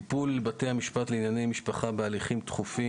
והוא מדבר על טיפול בתי המשפט לענייני משפחה בהליכים דחופים